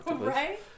Right